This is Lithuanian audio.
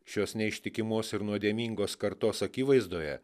šios neištikimos ir nuodėmingos kartos akivaizdoje